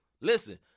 Listen